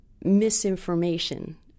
misinformation